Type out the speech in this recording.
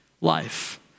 life